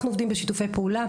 אנחנו עובדים בשיתופי פעולה,